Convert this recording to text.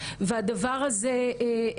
ויש פעילות במשרד,